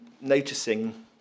noticing